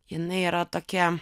jinai yra tokia